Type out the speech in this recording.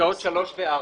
פסקאות (3) ו-(4).